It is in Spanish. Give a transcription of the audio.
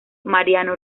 mariano